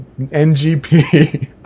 NGP